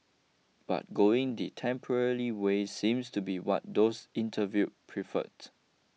but going the temporarily way seems to be what those interview preferred